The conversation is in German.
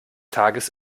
tages